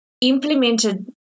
implemented